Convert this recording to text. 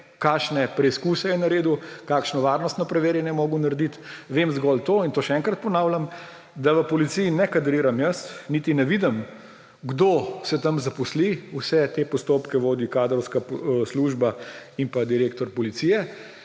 kakšne preizkuse je naredil, kakšno varnostno preverjanje je moral narediti. Vem zgolj to in to še enkrat ponavljam, da v Policiji ne kadrujem jaz, niti ne vidim, kdo se tam zaposli, vse te postopke vodi kadrovska služba in direktor policije.